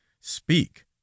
speak